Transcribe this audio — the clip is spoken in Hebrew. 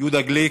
יהודה גליק,